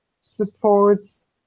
supports